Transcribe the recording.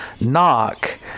knock